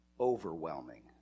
overwhelming